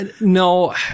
No